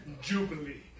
jubilee